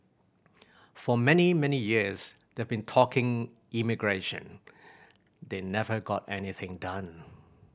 for many many years they've been talking immigration they never got anything done